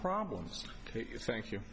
problems thank you